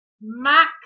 Mac